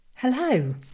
Hello